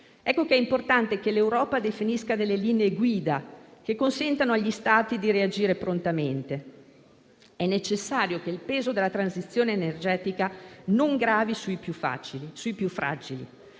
Ecco che è importante che l'Europa definisca delle linee guida che consentano agli Stati di reagire prontamente. È necessario che il peso della transizione energetica non gravi sui più fragili.